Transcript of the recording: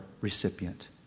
recipient